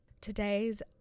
today's